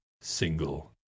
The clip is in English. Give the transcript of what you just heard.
single